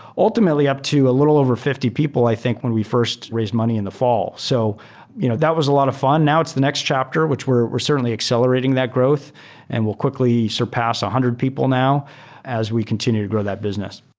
ultimately up to a little over fifty people i think when we first raised money in the fall. so you know that was a lot of fun. now it's the next chapter, which we're we're certainly accelerating that growth and we'll quickly surpass a hundred people now as we continue to grow that business.